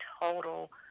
total